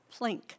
plink